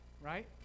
right